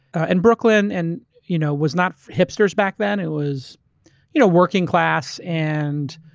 and brooklyn and you know was not hipsters back then, it was you know working class and